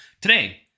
Today